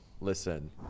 Listen